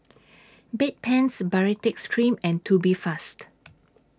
Bedpans Baritex Cream and Tubifast